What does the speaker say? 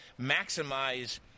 maximize